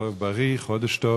חורף בריא, חודש טוב.